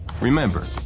remember